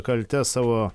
kaltes savo